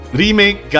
remake